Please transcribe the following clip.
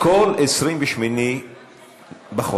בכל 28 בחודש,